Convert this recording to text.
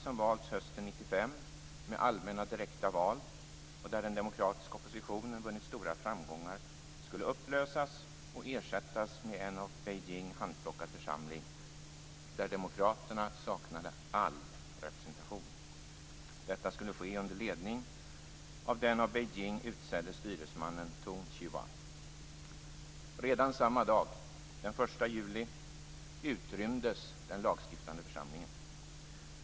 med allmänna och direkta val, och där den demokratiska oppositionen vunnit stora framgångar, skulle upplösas och ersättas med en av Beijing handplockad församling där demokraterna saknade all representation. Detta skulle ske under ledning av den av Beijing utsedde styresmannen Tung Chee Hwa. Redan samma dag, den 1 juli, utrymdes den lagstiftande församlingen.